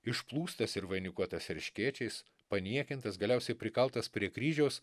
išplūstas ir vainikuotas erškėčiais paniekintas galiausiai prikaltas prie kryžiaus